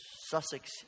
Sussex